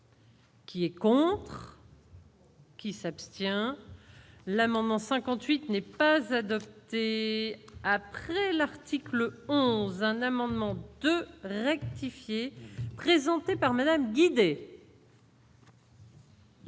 Qui est quoi. Qui s'abstient l'amendement 58 n'est pas adopté après l'article 11 un amendement de rectifier, présenté par Madame d'idées.